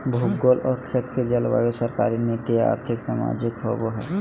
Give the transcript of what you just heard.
भूगोल और खेत के जलवायु सरकारी नीति और्थिक, सामाजिक होबैय हइ